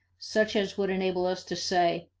such as would enable us to say,